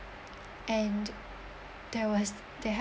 and there was there